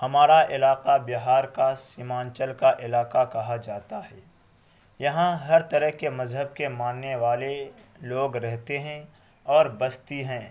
ہمارا علاقہ بہار کا سمانچل کا علاقہ کہا جاتا ہے یہاں ہر طرح کے مذہب کے ماننے والے لوگ رہتے ہیں اور بستی ہیں